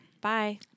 bye